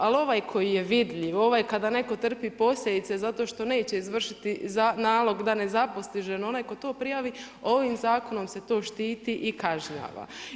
Ali ovaj koji je vidljiv, ovaj kada netko trpi posljedice zato što neće izvršiti nalog da nezaposli ženu, onaj tko to prijavi ovim zakonom se to štiti i kažnjava.